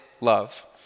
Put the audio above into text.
love